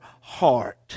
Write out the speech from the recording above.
heart